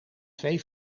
twee